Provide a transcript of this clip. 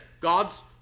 God's